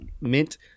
mint